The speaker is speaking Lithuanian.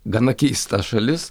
gana keista šalis